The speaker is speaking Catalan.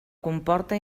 comporta